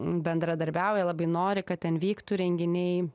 bendradarbiauja labai nori kad ten vyktų renginiai